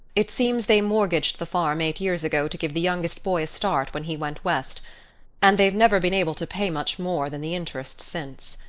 it seems they mortgaged the farm eight years ago to give the youngest boy a start when he went west and they've never been able to pay much more than the interest since.